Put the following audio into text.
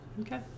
Okay